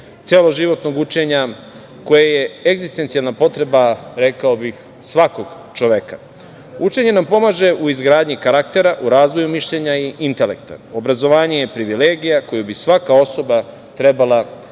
celoživotnog učenja, koje je egzistencijelna potrebna, rekao bih, svakog čoveka. Učenje nam pomaže u izgradnji karaktera, u razvoju mišljenja i intelekta. Obrazovanje je privilegija koju bi svaka osoba trebala da